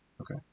Okay